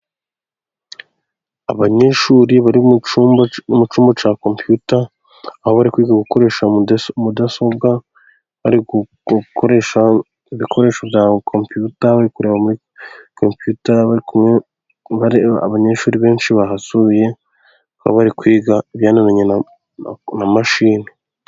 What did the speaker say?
Abanyeshuri bari mu cyumba cya kompiyuta, aho bari kwiga gukoresha mudasobwa, bari gukoresha ibikoresho bya kompiyuta bari kureba muri kompiyuta, bari kumwe n'abanyeshuri benshi bahasuye aho bari kwiga ibijyaniranye na mashine.